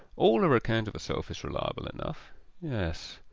all her account of herself is reliable enough yes,